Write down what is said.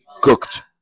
cooked